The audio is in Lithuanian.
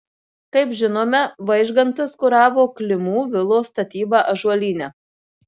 kaip žinome vaižgantas kuravo klimų vilos statybą ąžuolyne